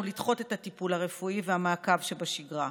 לדחות את הטיפול הרפואי והמעקב שבשגרה.